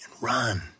run